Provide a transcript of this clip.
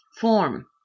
form